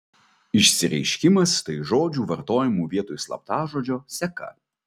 išsireiškimas tai žodžių vartojamų vietoj slaptažodžio seka